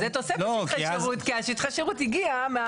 זה תוספת שטחי שירות כי שטחי השירות הגיע.